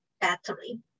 battery